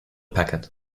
packet